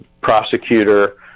prosecutor